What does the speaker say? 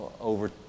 over